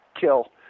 kill